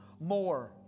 More